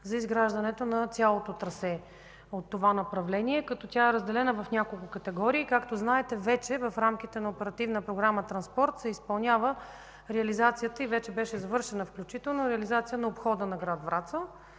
за изграждането на цялото трасе от това направление, като тя е разделена в няколко категории. Както знаете, вече в рамките на Оперативна програма „Транспорт”, се изпълнява реализацията и вече беше завършена включително и реализация на обхода на град Враца